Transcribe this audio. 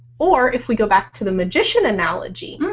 or, if we go back to the magician analogy,